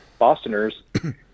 Bostoners